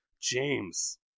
James